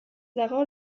dago